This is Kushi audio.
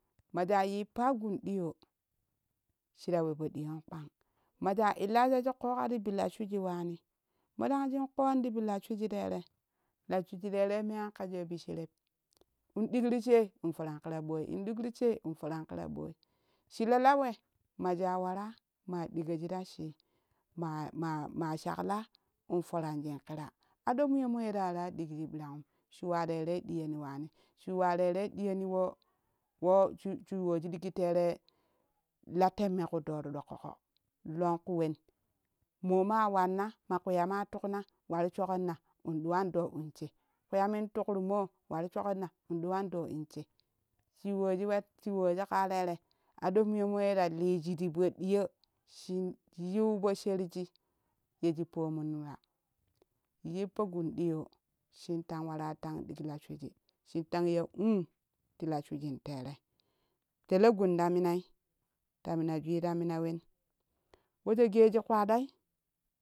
Majaa yippaa gun ɗiyoo shi ta we po ɗiyon kpang majaa illa shaji ƙoƙa tu bi la shwiji waani modang shun koon tu bu la shwiji tere la shwiji terei mo an kojiyo bi shereb in dikru she in firan kira ɓooi in ɗikru she in foran ƙura ɓooi shi la la we majaa waraa maa ɗikoji ta shii maa maa na shaklaa in foranjin ƙira ɗo niyone le waraa ɗikji ɓirongum shi yuwa tere ɗiyeni waani shi tere ɗiyeni wo shi shi yuwoji tere la temme po doo ti ku doƙƙoƙo longku wen mo ma wann ma kpiyam ma tukna wa ti shoƙƙinna in ɗuwan doo in she kpiyamin tukru moo wari shoƙƙinna in ɗuwan doo in in she shi yuwoji wen shi yuwoji kaa tere aɗo muyemo ta niji ti po ɗiyo shin yiu po sherji yeji pomunum ya yippo gun diyoo shin tang waran tang ɗik la shwiji shin tang ya uu ti la shwijin tere telo gun ta minai ta minajin ta mina wen wessho gee shi kpadai.